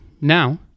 Now